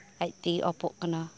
ᱟᱡ ᱛᱮᱜᱮ ᱚᱯᱚᱜ ᱠᱟᱱᱟ